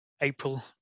April